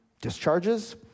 discharges